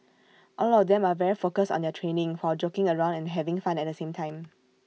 all of them are very focused on their training while joking around and having fun at the same time